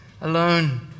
alone